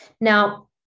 Now